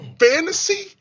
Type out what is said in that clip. fantasy